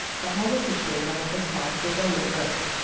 the hall was situated on what was called the lower road.